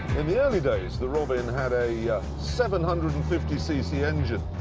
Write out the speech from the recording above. in the early days, the robin had a seven hundred and fifty cc engine.